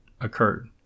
occurred